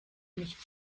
nicht